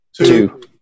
two